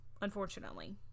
unfortunately